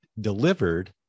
delivered